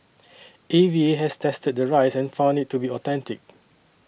A V A has tested the rice and found it to be authentic